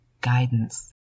guidance